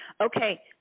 Okay